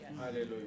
Hallelujah